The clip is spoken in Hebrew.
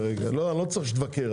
לא, אני לא צריך שתבקר.